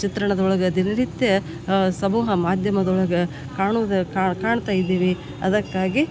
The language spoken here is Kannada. ಚಿತ್ರಣದೊಳಗೆ ದಿನನಿತ್ಯ ಸಮೂಹ ಮಾಧ್ಯಮದೊಳಗೆ ಕಾಣುದು ಕಾಣ್ತಾ ಇದ್ದೀವಿ ಅದಕ್ಕಾಗಿ